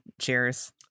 Cheers